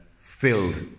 filled